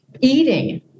eating